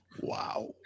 Wow